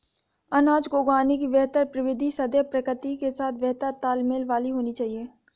अनाज को उगाने की बेहतर प्रविधि सदैव प्रकृति के साथ बेहतर तालमेल वाली होनी चाहिए